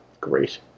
great